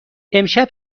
امشب